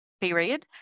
period